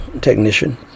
technician